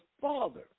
Father